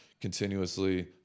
continuously